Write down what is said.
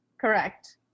Correct